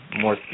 more